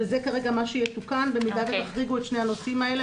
וזה כרגע מה שיתוקן במידה ותחריגו את שני הנושאים האלה,